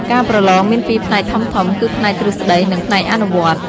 ការប្រឡងមានពីរផ្នែកធំៗ គឺផ្នែកទ្រឹស្តី និងផ្នែកអនុវត្ត។